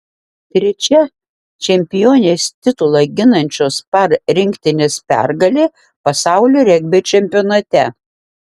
trečia čempionės titulą ginančios par rinktinės pergalė pasaulio regbio čempionate